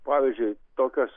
pavyzdžiui tokios